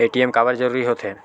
ATM काबर जरूरी हो थे?